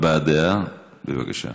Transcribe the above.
הבעת דעה, בבקשה.